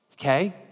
Okay